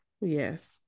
yes